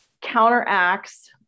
counteracts